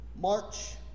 March